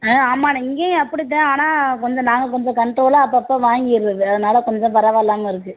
ஆ ஆமாண்ணே இங்கேயும் அப்படித்தான் ஆனால் கொஞ்சம் நாங்கள் கொஞ்சம் கன்ட்ரோலாக அப்பப்ப வாங்கிடுறது அதனால் கொஞ்சம் பரவால்லாமல் இருக்கு